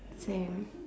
say